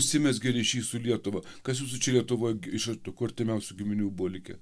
užsimezgė ryšys su lietuva kas jūsų čia lietuvoj iš artimiausių giminių buvo likę